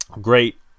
great